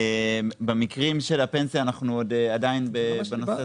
במקרים של הפנסיה אנחנו עדיין בנושא התפעולי,